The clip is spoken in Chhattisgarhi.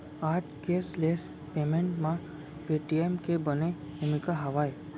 आज केसलेस पेमेंट म पेटीएम के बने भूमिका हावय